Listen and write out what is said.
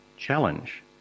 challenge